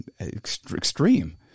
extreme